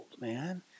man